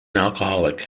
alcoholic